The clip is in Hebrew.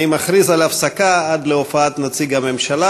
אני מכריז על הפסקה עד להופעת נציג הממשלה.